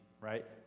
right